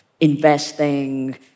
investing